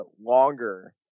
longer